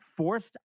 forced